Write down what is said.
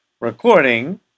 recording